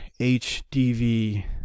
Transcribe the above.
HDV